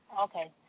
Okay